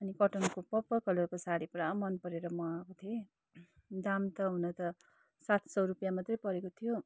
अनि कटनको पर्पल कलरको साडी पुरा मनपरेर मगाएको थिएँ दाम त हुन त सात सौ रुपियाँ मात्रै परेको थियो